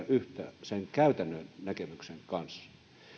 yhtä sen käytännön näkemyksen kanssa